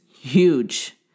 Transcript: huge